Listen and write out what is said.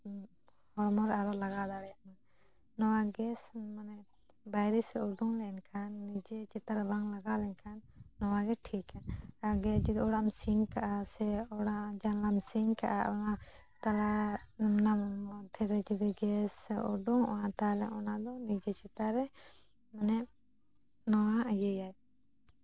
ᱦᱚᱲ ᱢᱚ ᱨᱮ ᱟᱞᱚᱭ ᱞᱟᱜᱟᱣ ᱫᱟᱲᱮᱭᱟᱜ ᱢᱟ ᱱᱚᱣᱟ ᱜᱮᱥ ᱢᱟᱱᱮ ᱵᱟᱭᱨᱮ ᱥᱮᱫ ᱩᱰᱩᱝ ᱞᱮᱱᱠᱷᱟᱱ ᱱᱤᱡᱮ ᱪᱚᱛᱟᱱ ᱨᱮ ᱵᱟᱝ ᱞᱟᱜᱟᱣ ᱞᱮᱱᱠᱷᱟᱱ ᱱᱚᱣᱟ ᱜᱮ ᱴᱷᱤᱠ ᱜᱮᱭᱟ ᱟᱨ ᱜᱮᱥ ᱡᱚᱠᱷᱚᱱ ᱚᱲᱟᱜ ᱮᱢ ᱥᱤᱧ ᱠᱟᱜᱼᱟ ᱥᱮ ᱚᱲᱟᱜ ᱡᱟᱱᱟᱞᱟᱢ ᱥᱤᱧ ᱠᱟᱜᱼᱟ ᱚᱱᱟ ᱛᱟᱞᱟ ᱚᱱᱟ ᱢᱚᱫᱽᱫᱷᱮ ᱨᱮ ᱡᱩᱫᱤ ᱜᱮᱭᱮ ᱩᱰᱩᱝ ᱚᱜᱼᱟ ᱛᱟᱦᱚᱞᱮ ᱚᱱᱟ ᱫᱚ ᱱᱤᱡᱮ ᱛᱮᱛᱟᱱ ᱨᱮ ᱢᱟᱱᱮ ᱱᱚᱣᱟ ᱤᱭᱟᱹᱭᱟᱭ